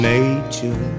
Nature